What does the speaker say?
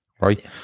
right